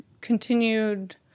continued